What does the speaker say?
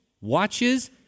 watches